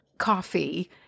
coffee